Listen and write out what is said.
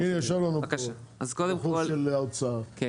האוצר.